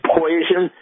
poison